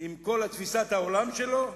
עם כל תפיסת העולם שלו,